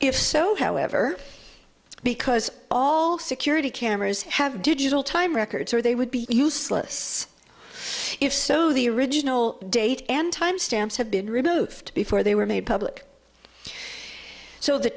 if so however because all security cameras have digital time records are they would be useless if so the original date and time stamps have been removed before they were made public so the